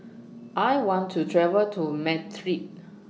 I want to travel to Madrid